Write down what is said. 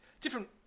different